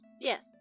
Yes